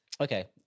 Okay